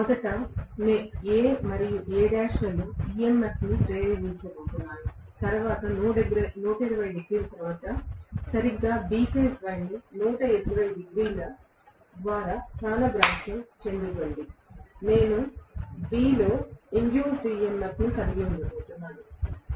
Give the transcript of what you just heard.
మొదట నేను A మరియు Al లలో EMF ని ప్రేరేపించబోతున్నాను తరువాత 120 డిగ్రీల తరువాత సరిగ్గా B ఫేజ్ వైండింగ్ 120 డిగ్రీల ద్వారా స్థానభ్రంశం చెందుతుంది నేను B లో ఇండ్యూస్డ్ EMF ని కలిగి ఉండబోతున్నాను